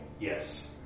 Yes